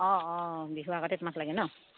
অঁ অঁ বিহুৰ আগতে তোমাক লাগে ন